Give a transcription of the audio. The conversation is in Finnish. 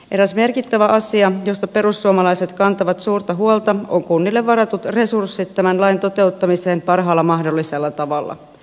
eräs merkittävä asia josta perussuomalaiset kantavat suurta huolta on kunnille varatut resurssit tämän lain toteuttamiseen parhaalla mahdollisella tavalla